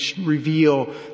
reveal